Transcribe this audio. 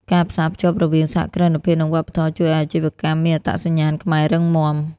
ការផ្សារភ្ជាប់រវាង "សហគ្រិនភាព និងវប្បធម៌" ជួយឱ្យអាជីវកម្មមានអត្តសញ្ញាណខ្មែររឹងមាំ។